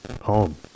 home